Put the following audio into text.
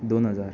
दोन हजार